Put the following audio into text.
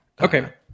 Okay